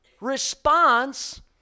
response